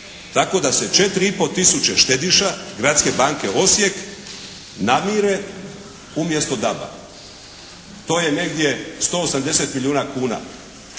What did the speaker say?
Tako da se četiri i pol tisuće štediša Gradske banke Osijek namire umjesto DABA. To je negdje 180 milijuna kuna.